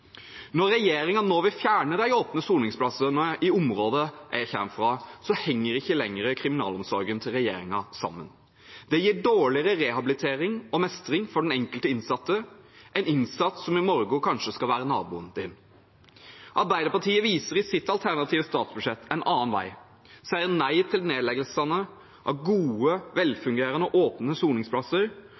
Når regjeringen nå vil fjerne de åpne soningsplassene i området jeg kommer fra, henger ikke lenger kriminalomsorgen til regjeringen sammen. Det gir dårligere rehabilitering og mestring for den enkelte innsatte, en innsatt som i morgen kanskje skal være naboen din. Arbeiderpartiet viser i sitt alternative statsbudsjett en annen vei. Vi sier nei til nedleggelsene av gode, velfungerende åpne soningsplasser,